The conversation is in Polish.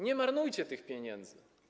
Nie marnujcie tych pieniędzy.